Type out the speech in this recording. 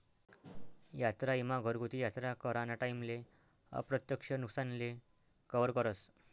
यात्रा ईमा घरगुती यात्रा कराना टाईमले अप्रत्यक्ष नुकसानले कवर करस